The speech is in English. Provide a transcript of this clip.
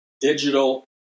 digital